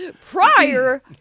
Prior